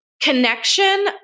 connection